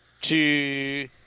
Two